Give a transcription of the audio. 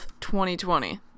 2020